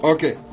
Okay